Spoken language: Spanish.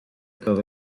todo